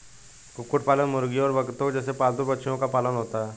कुक्कुट पालन मुर्गियों और बत्तखों जैसे पालतू पक्षियों का पालन होता है